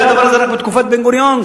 היה הדבר הזה רק בתקופת בן-גוריון,